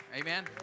Amen